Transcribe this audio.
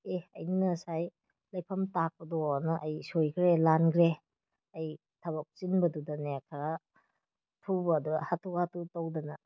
ꯑꯦ ꯑꯩꯅ ꯉꯁꯥꯏ ꯂꯩꯐꯝ ꯇꯥꯛꯄꯗꯣꯑꯅ ꯑꯩ ꯁꯣꯏꯈ꯭ꯔꯦ ꯂꯥꯟꯈ꯭ꯔꯦ ꯑꯩ ꯊꯕꯛ ꯆꯤꯟꯕꯗꯨꯗꯅꯦ ꯈꯔ ꯊꯨꯕꯗꯨꯗ ꯍꯥꯊꯨ ꯍꯥꯊꯨ ꯇꯧꯗꯅ